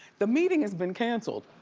the meeting has been canceled.